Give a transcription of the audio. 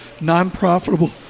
non-profitable